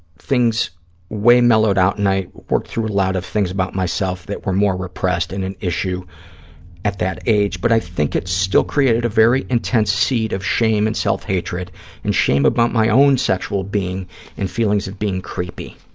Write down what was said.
things way mellowed out and i worked through a lot of things about myself that were more repressed and an issue at that age, but i think it still created a very intense seed of shame and self-hatred and shame about my own sexual being and feelings of being creepy.